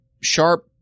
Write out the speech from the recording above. sharp